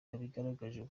babigaragaje